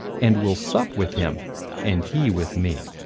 and will sup with him and he with me.